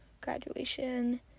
graduation